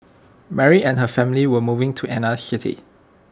Mary and her family were moving to another city